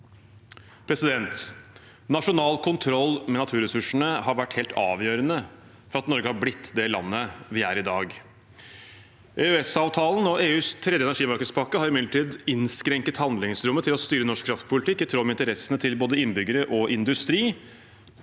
Nasjonal kontroll med naturressursene har vært helt avgjørende for at Norge har blitt det landet vi er i dag. EØS-avtalen og EUs tredje energimarkedspakke har imidlertid innskrenket handlingsrommet til å styre norsk kraftpolitikk i tråd med interessene til både innbyggere og industri.